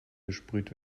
gesprüht